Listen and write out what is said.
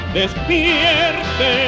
despierte